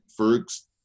Ferg's